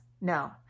No